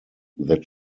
that